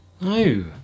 No